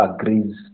agrees